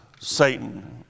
Satan